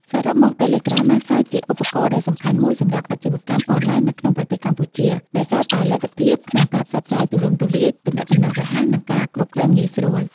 សរុបមក តេឡេក្រាមបានក្លាយជាឧបករណ៍ដ៏សំខាន់មួយសម្រាប់អាជីវកម្មអនឡាញនៅក្នុងប្រទេសកម្ពុជា ដោយសារតែលទ្ធភាពក្នុងការផ្សព្វផ្សាយទូលំទូលាយ ទំនាក់ទំនងរហ័ស និងការគ្រប់គ្រងងាយស្រួល។